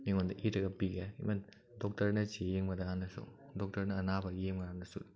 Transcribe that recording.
ꯃꯤꯉꯣꯟꯗ ꯏꯔꯒ ꯄꯤꯒꯦ ꯏꯕꯟ ꯗꯣꯛꯇꯔꯅ ꯆꯦ ꯌꯦꯡꯕꯗ ꯍꯥꯟꯅꯁꯨ ꯗꯣꯛꯇꯔꯅ ꯑꯅꯥꯕꯒꯤ ꯌꯦꯡꯕ ꯀꯥꯟꯗꯁꯨ